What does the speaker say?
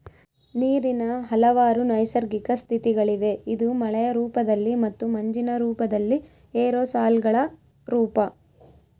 ನೀರಿನ ಹಲವಾರು ನೈಸರ್ಗಿಕ ಸ್ಥಿತಿಗಳಿವೆ ಇದು ಮಳೆಯ ರೂಪದಲ್ಲಿ ಮತ್ತು ಮಂಜಿನ ರೂಪದಲ್ಲಿ ಏರೋಸಾಲ್ಗಳ ರೂಪ